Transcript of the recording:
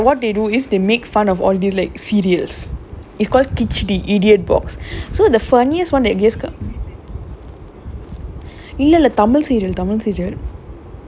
I found this this trawl a YouTube channel that what they do is they make fun of all the like serious is call catch the idiot box so the funniest one that giscard